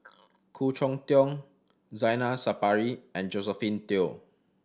Khoo Cheng Tiong Zainal Sapari and Josephine Teo